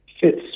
fits